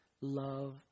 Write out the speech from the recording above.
Love